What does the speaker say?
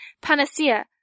Panacea